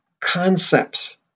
concepts